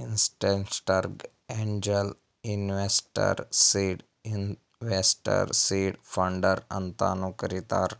ಇನ್ವೆಸ್ಟರ್ಗ angel investor, seed investor, seed funder ಅಂತಾನು ಕರಿತಾರ್